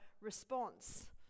response